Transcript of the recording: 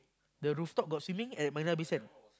the rooftop got swimming at Marina-Bay-Sand